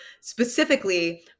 specifically